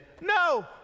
No